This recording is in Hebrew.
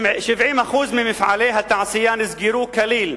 70% ממפעלי התעשייה נסגרו כליל,